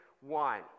one